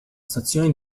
stazione